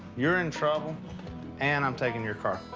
you're in trouble and i'm taking your car.